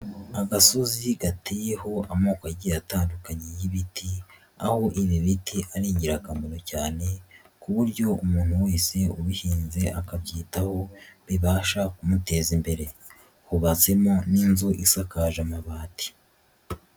Agasozi gateyeho amoko agiye atandukanye y'ibiti, aho ibi biti ari ingirakamaro cyane ku buryo umuntu wese ubihinze akabyitaho bibasha kumuteza imbere. Hubatsemo n'inzu isakaje amabati.